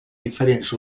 diferents